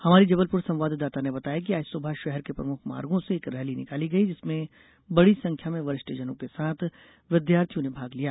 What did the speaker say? हमारी जबलपुर संवाददाता ने बताया कि आज सुबह शहर के प्रमुख मार्गो से एक रैली निकाली गयी इसमें बडी संख्या में वरिष्ठजनों के साथ विद्यार्थियों ने भाग लिया